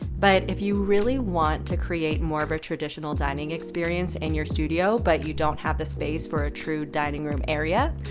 but if you really want to create more of a traditional dining experience in your studio, studio, but you don't have the space for a true dining room area,